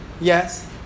Yes